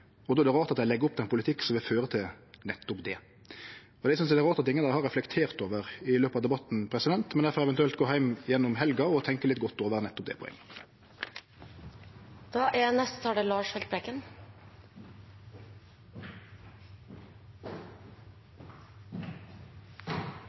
og då er det rart at dei legg opp til ein politikk som vil føre til nettopp det. Eg synest det er rart at ingen har reflektert over det i løpet av debatten, men ein får gå heim og gjennom helga eventuelt tenkje litt godt over nettopp det poenget.